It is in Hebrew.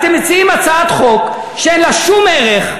אתם מציעים הצעת חוק שאין לה שום ערך,